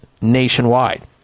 nationwide